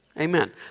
Amen